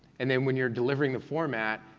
and then when you're delivering the format,